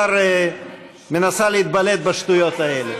אז היא כבר מנסה להתבלט בשטויות האלה.